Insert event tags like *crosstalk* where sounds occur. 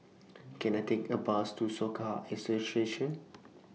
*noise* Can I Take A Bus to Soka Association